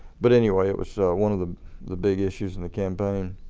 but anyway it was one of the the big issues in the campaign.